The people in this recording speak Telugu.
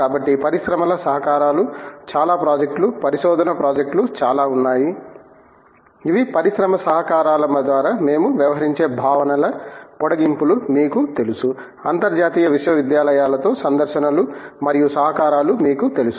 కాబట్టి పరిశ్రమల సహకారాలు చాలా ప్రాజెక్టులు పరిశోధనా ప్రాజెక్టులు చాలా ఉన్నాయి ఇవి పరిశ్రమ సహకారాల ద్వారా మేము వ్యవహరించే భావనల పొడిగింపులు మీకు తెలుసు అంతర్జాతీయ విశ్వవిద్యాలయాలతో సందర్శనలు మరియు సహకారాలు మీకు తెలుసు